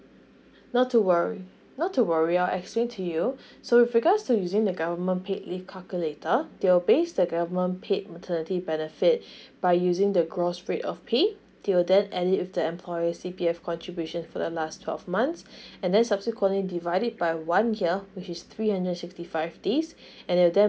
not too worry not to worry I'll explain to you so with regards to using the government paid leave calculator they will base the government paid maternity benefit by using the gross rate of pay till then add it with the employee C_P_F contribution for the last twelve months and then subsequently divide it by one year which is three hundred and sixty five days and they'll then